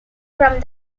from